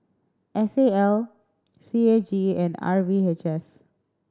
S A L C A G and R V H S